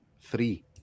three